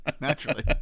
naturally